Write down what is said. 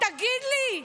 תגיד לי,